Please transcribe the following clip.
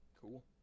Cool